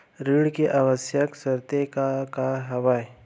ऋण के आवश्यक शर्तें का का हवे?